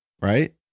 right